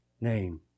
name